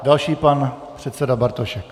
Další pan předseda Bartošek.